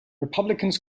republicans